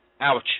Ouch